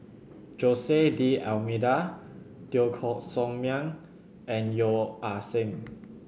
Jose D'Almeida Teo Koh Sock Miang and Yeo Ah Seng